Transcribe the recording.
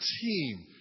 team